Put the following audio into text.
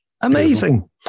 amazing